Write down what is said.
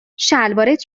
شلوارت